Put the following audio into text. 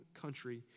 country